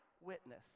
witness